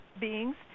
beings